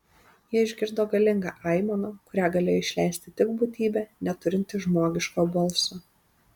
jie išgirdo galingą aimaną kurią galėjo išleisti tik būtybė neturinti žmogiško balso